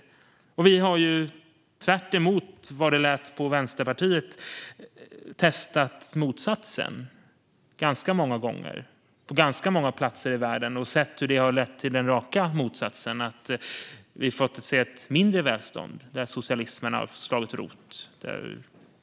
Vi har också, tvärt emot vad det lät från Vänsterpartiet, testat motsatsen ganska många gånger och på ganska många platser i världen och sett hur det har lett till raka motsatsen. Vi har fått se ett mindre välstånd där socialismen har slagit rot.